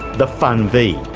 the fun-vii.